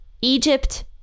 Egypt